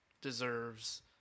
deserves